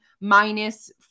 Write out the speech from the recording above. minus